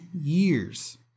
years